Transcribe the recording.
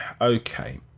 Okay